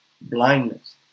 blindness